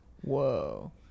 Whoa